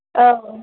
औ